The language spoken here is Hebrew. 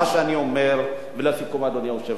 מה שאני אומר, ולסיכום, אדוני היושב-ראש: